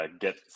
get